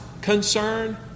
concern